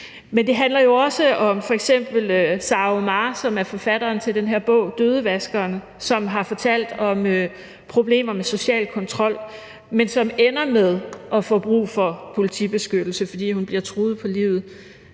Men det handler jo også om f.eks. Sara Omar, som er forfatter til bogen »Dødevaskeren«, og som har fortalt om problemer med social kontrol, men som ender med at få brug for politibeskyttelse, fordi hun bliver truet på livet.